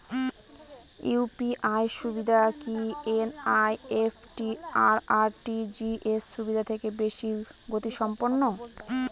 UPI সুবিধা কি NEFT আর আর.টি.জি.এস সুবিধা থেকে বেশি গতিসম্পন্ন?